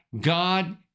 God